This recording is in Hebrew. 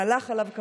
מהלך שעליו יש,